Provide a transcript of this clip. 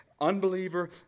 unbeliever